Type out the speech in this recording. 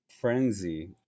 frenzy